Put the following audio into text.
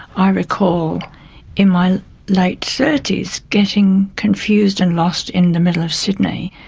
i recall in my late thirty s getting confused and lost in in the middle of sydney